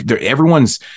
everyone's